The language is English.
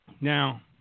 Now